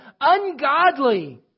ungodly